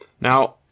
now